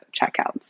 checkouts